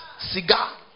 cigar